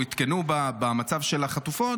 עדכנו במצב של החטופות,